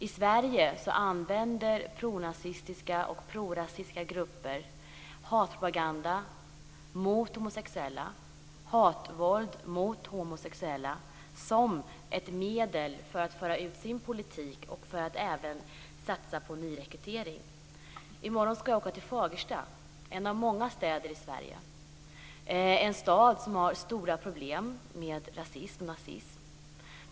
I Sverige använder pronazistiska och prorasistiska grupper hatpropaganda och hatvåld mot homosexuella som medel för att föra ut sin politik och även satsa på nyrekrytering. I morgon skall jag åka till Fagersta, en av många städer i Sverige. Det är en stad som har stora problem med rasism och nazism.